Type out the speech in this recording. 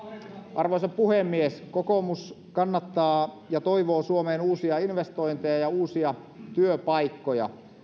arvoisa puhemies kokoomus kannattaa ja toivoo suomeen uusia investointeja ja ja uusia työpaikkoja